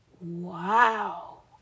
wow